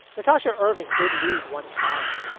natasha irving did lose one trial,